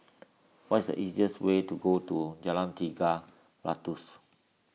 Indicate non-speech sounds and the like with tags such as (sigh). (noise) what is the easiest way to (unintelligible) Jalan Tiga Ratus